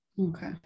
Okay